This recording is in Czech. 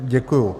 Děkuju.